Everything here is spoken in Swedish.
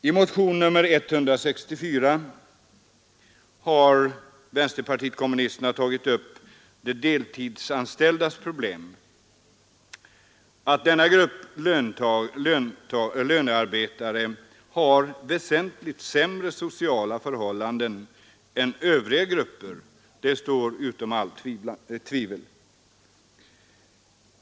I motionen 164 har vänsterpartiet kommunisterna tagit upp de deltidsanställdas problem. Att denna grupp lönearbetare har väsentligt sämre sociala förhållanden än övriga grupper står utom allt tvivel.